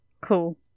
Cool